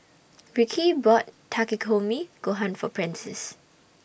Ricky bought Takikomi Gohan For Prentiss